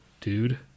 dude